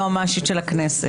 היועצת המשפטית של הכנסת,